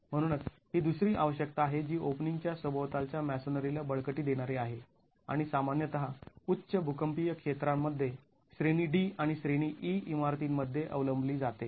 म्हणूनच ही दुसरी आवश्यकता आहे जी ओपनिंग च्या सभोवतालच्या मॅसोनरीला बळकटी देणारी आहे आणि सामान्यतः उच्च भूकंपीय क्षेत्रांमध्ये श्रेणी D आणि श्रेणी E इमारतींमध्ये अवलंबली जाते